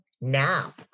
now